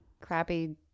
crappy